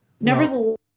Nevertheless